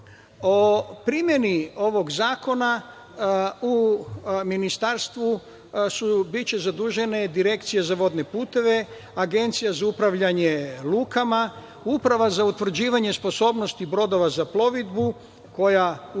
primeni ovog zakona u Ministarstvu biće zadužena Direkcija za vodne puteve, Agencija za upravljanje lukama, Uprava za utvrđivanje sposobnosti brodova za plovidbu koja, usput,